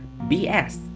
BS